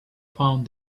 found